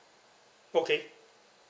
okay